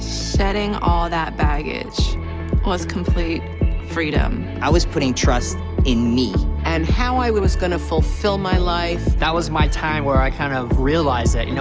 shedding all that baggage was complete freedom. i was putting trust in me. and how i was gonna fulfill my life. that was my time where i kind of realized that, you know